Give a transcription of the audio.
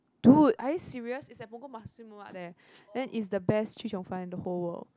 dude are you serious it's at Punggol Nasi-Lemak there that is the best chee-cheong-fun in the whole world